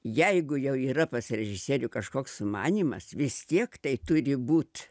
jeigu jau yra pas režisierių kažkoks sumanymas vis tiek tai turi būt